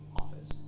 office